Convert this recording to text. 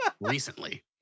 recently